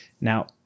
Now